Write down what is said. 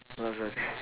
lover